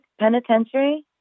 Penitentiary